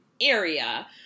area